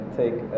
take